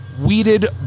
weeded